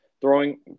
throwing